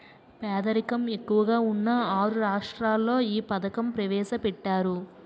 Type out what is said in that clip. పేదరికం ఎక్కువగా ఉన్న ఆరు రాష్ట్రాల్లో ఈ పథకం ప్రవేశపెట్టారు